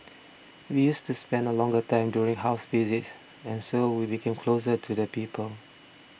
we used to spend a longer time during house visits and so we became closer to the people